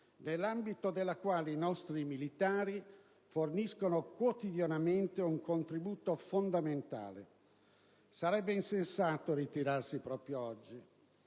nell'ambito della quale i nostri militari forniscono quotidianamente un contributo fondamentale. Sarebbe insensato ritirarsi proprio oggi,